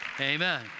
Amen